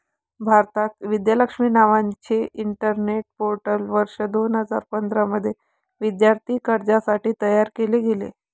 भारतात, विद्या लक्ष्मी नावाचे internet portal वर्ष दोन हजार पंधरा मध्ये विद्यार्थी कर्जासाठी तयार केले गेले